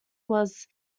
was